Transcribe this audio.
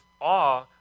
awe